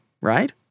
right